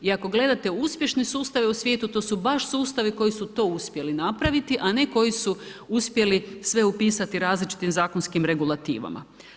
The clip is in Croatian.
I ako gledate uspješne sustave na svijetu to su baš sustavi koji su to uspjeli napraviti, a ne koji su uspjeli sve upisati različitim zakonskim regulativama.